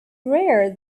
rare